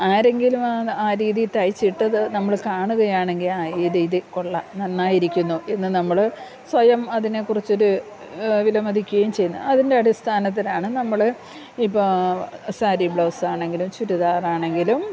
ആരെങ്കിലും ആ ആ രീതിയിൽ തയ്ച്ചിട്ടത് നമ്മൾ കാണുകയാണെങ്കിൽ ആ ഇത് ഇത് കൊള്ളാം നന്നായിരിക്കുന്നു എന്ന് നമ്മൾ സ്വയം അതിനെക്കുറിച്ചു ഒരു വിലമതിക്കുകയും ചെയ്യുന്നു അതിൻ്റെ അടിസ്ഥാനത്തിലാണ് നമ്മൾ ഇപ്പോൾ സാരി ബ്ലൗസാണെങ്കിലും ചുരിദാറാണെങ്കിലും